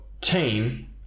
team